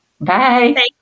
bye